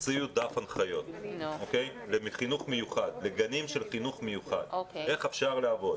הוציאו דף הנחיות לגנים של החינוך המיוחד איך אפשר לעבוד.